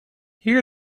here